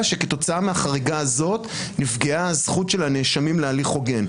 שכתוצאה מהחריגה הזאת נפגעה הזכות של הנאשמים להליך הוגן.